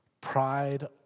Pride